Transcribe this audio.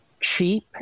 cheap